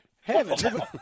Heaven